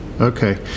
okay